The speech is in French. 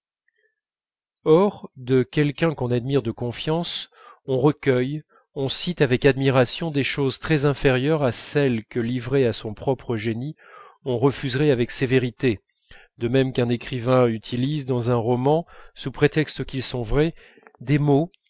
or de quelqu'un qu'on admire de confiance on recueille on cite avec admiration des choses très inférieures à celles que livré à son propre génie on refuserait avec sévérité de même qu'un écrivain utilise dans un roman sous prétexte qu'ils sont vrais des mots